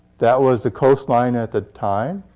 that was the coastline at the time.